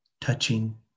touching